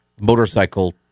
motorcycle